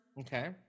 okay